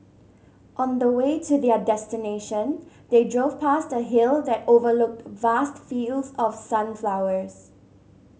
on the way to their destination they drove past a hill that overlooked vast fields of sunflowers